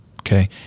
okay